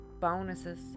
bonuses